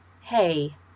Hey